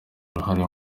uruhare